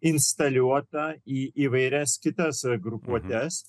instaliuota į įvairias kitas grupuotes